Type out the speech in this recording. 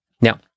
Now